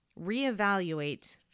reevaluate